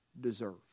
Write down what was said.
deserve